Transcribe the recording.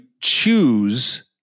choose